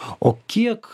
o kiek